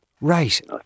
Right